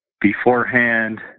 beforehand